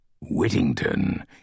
Whittington